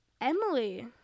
Emily